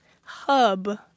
hub